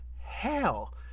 hell